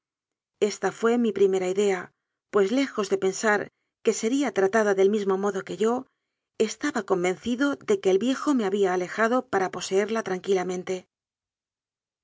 esta fué mi primera idea pues lejos de pensar que sería tratada del mismo modo que yo estaba convencido de que el viejo me había alejado para poseerla